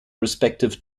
respective